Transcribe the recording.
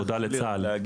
תודה לצה"ל.